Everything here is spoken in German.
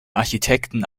architekten